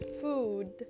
food